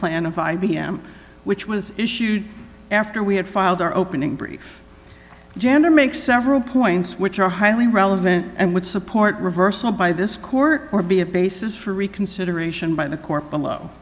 plan of i b m which was issued after we had filed our opening brief gender makes several points which are highly relevant and would support reversal by this court or be a basis for reconsideration by the court below